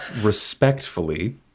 Respectfully